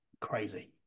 Crazy